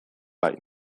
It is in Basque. bai